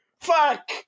Fuck